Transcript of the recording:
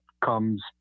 comes